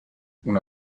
una